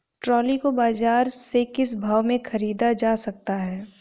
Trolley को बाजार से किस भाव में ख़रीदा जा सकता है?